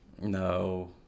No